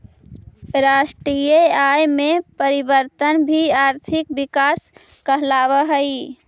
राष्ट्रीय आय में परिवर्तन भी आर्थिक विकास कहलावऽ हइ